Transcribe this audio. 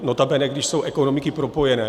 Notabene když jsou ekonomiky propojené.